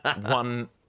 one